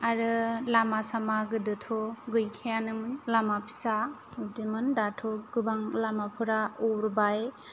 आरो लामा सामा गोदोथ' गैखायानोमोन लामा फिसा बिदिमोन दाथ' गोबां लामाफोरा अरबाय